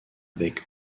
avec